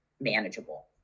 Manageable